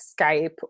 Skype